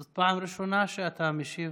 זאת פעם ראשונה שאתה משיב,